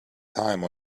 time